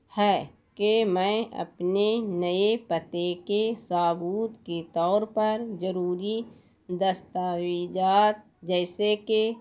ہے کہ میں اپنے نئے پتے کے ثبوت کے طور پر ضروری دستاویزات جیسے کہ